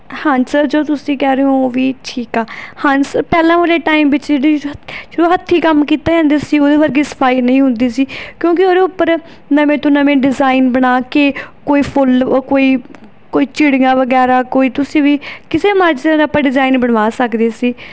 ਹਾਂਜੀ ਸਰ ਜੋ ਤੁਸੀਂ ਕਹਿ ਰਹੇ ਹੋ ਉਹ ਵੀ ਠੀਕ ਆ ਹਾਂਜੀ ਸਰ ਪਹਿਲਾਂ ਵਾਲੇ ਟਾਈਮ ਵਿੱਚ ਜਿਹੜੀ ਜੋ ਹੱਥੀਂ ਕੰਮ ਕੀਤਾ ਜਾਂਦਾ ਸੀ ਉਹਦੇ ਵਰਗੀ ਸਫਾਈ ਨਹੀਂ ਹੁੰਦੀ ਸੀ ਕਿਉਂਕਿ ਉਹਦੇ ਉੱਪਰ ਨਵੇਂ ਤੋਂ ਨਵੇਂ ਡਿਜ਼ਾਇਨ ਬਣਾ ਕੇ ਕੋਈ ਫੁੱਲ ਉਹ ਕੋਈ ਕੋਈ ਚਿੜੀਆਂ ਵਗੈਰਾ ਕੋਈ ਤੁਸੀਂ ਵੀ ਕਿਸੇ ਮਰਜ਼ੀ ਤਰ੍ਹਾਂ ਆਪਾਂ ਡਿਜ਼ਾਇਨ ਬਣਵਾ ਸਕਦੇ ਸੀ